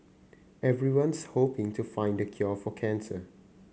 everyone's hoping to find the cure for cancer